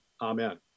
amen